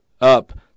up